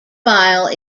file